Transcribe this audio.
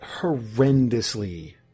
horrendously